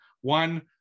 One